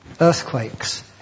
Earthquakes